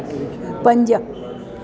पंज